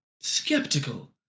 skeptical